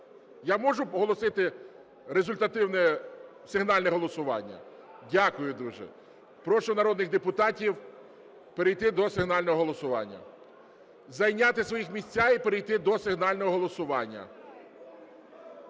Я можу оголосити результативне сигнальне голосування? Дякую дуже. Прошу народних депутатів перейти до сигнального голосування. Зайняти свої місця і перейти до сигнального голосування.